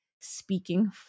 speaking